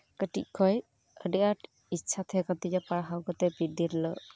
ᱠᱟᱴᱤᱡ ᱠᱷᱚᱱ ᱟᱰᱤ ᱟᱴ ᱤᱪᱪᱷᱟ ᱛᱟᱦᱮᱸ ᱠᱟᱱ ᱛᱤᱧᱟ ᱯᱟᱲᱦᱟᱣ ᱠᱟᱛᱮᱫ ᱢᱤᱫ ᱫᱤᱱ ᱦᱤᱞᱳᱜ